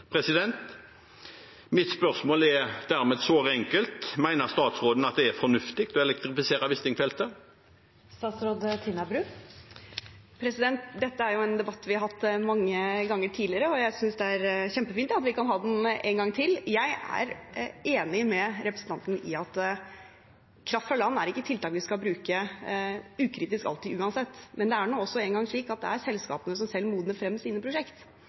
Mitt spørsmål er dermed såre enkelt: Mener statsråden at det er fornuftig å elektrifisere Wisting-feltet? Dette er jo en debatt vi har hatt mange ganger tidligere, og jeg synes det er kjempefint at vi kan ha den en gang til. Jeg er enig med representanten i at kraft fra land ikke er tiltak vi skal bruke ukritisk, alltid og uansett. Men det er nå også engang slik at det er selskapene som selv modner frem sine